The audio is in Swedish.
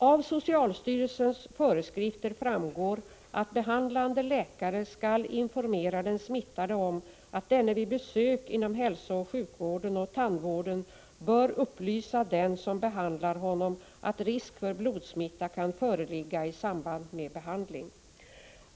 Av socialstyrelsens föreskrifter framgår att behandlande läkare skall informera den smittade om att denne vid besök inom hälsooch sjukvården och tandvården bör upplysa den som behandlar honom att risk för blodsmitta kan föreligga i samband med behandling.